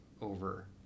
over